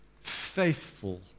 faithful